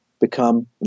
become